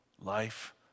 life